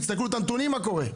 תסתכלו את הנתונים מה קורה.